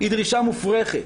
היא דרישה מופרכת,